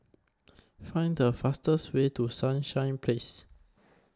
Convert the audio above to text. Find The fastest Way to Sunshine Place